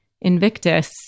Invictus